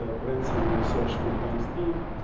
ah grants and research compliance team,